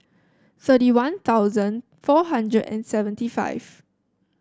thirty One Thousand four hundred and seventy five